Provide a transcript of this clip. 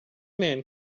man